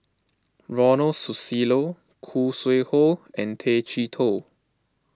Ronald Susilo Khoo Sui Hoe and Tay Chee Toh